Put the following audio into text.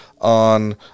on